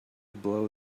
blow